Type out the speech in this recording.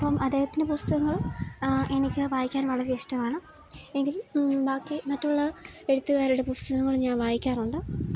അപ്പം അദ്ദേഹത്തിൻ്റെ പുസ്തകങ്ങള് എനിക്ക് വായിക്കാൻ വളരെയിഷ്ടമാണ് എങ്കിലും ബാക്കി മറ്റുള്ള എഴുത്തുകാരുടെ പുസ്തകങ്ങളും ഞാന് വായിക്കാറുണ്ട്